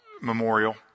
memorial